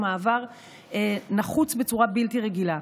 הוא מעבר נחוץ בצורה בלתי רגילה.